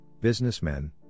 businessmen